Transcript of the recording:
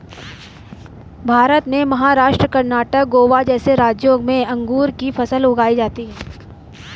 भारत में महाराष्ट्र, कर्णाटक, गोवा जैसे राज्यों में अंगूर की फसल उगाई जाती हैं